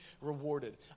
rewarded